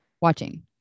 Watching